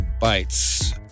bites